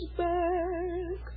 back